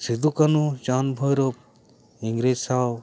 ᱥᱤᱫᱩ ᱠᱟᱹᱱᱩ ᱪᱟᱸᱫ ᱵᱷᱳᱹᱨᱳᱵ ᱤᱝᱨᱮᱡ ᱥᱟᱶ